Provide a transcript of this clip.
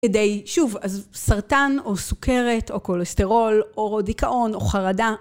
שוב אז סרטן או סוכרת או קולסטרול או רודיקאון או חרדה